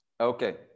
Okay